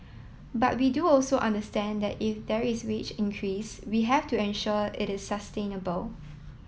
but we do also understand that if there is wage increase we have to ensure it is sustainable